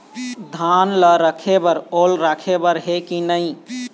धान ला रखे बर ओल राखे बर हे कि नई?